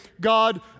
God